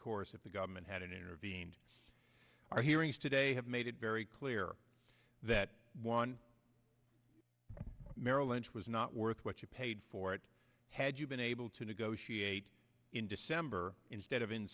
course of the government hadn't intervened our hearings today have made it very clear that one merrill lynch was not worth what you paid for it had you been able to negotiate in december instead of in